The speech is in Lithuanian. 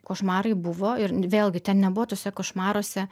košmarai buvo ir vėlgi ten nebuvo tuose košmaruose